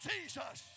Jesus